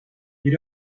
you